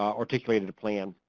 articulated a plan.